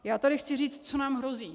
Já tady chci říct, co nám hrozí.